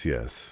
Yes